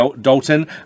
Dalton